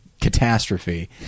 catastrophe